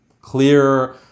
clear